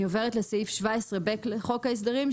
אני עוברת לסעיף 17ב לחוק ההסדרים,